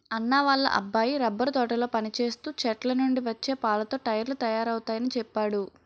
అన్నా వాళ్ళ అబ్బాయి రబ్బరు తోటలో పనిచేస్తూ చెట్లనుండి వచ్చే పాలతో టైర్లు తయారవుతయాని చెప్పేడు